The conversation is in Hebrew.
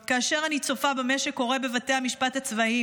כאשר אני צופה במה שקורה בבתי המשפט הצבאיים,